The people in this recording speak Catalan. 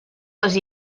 les